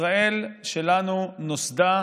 ישראל שלנו נוסדה